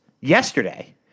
yesterday